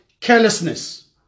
carelessness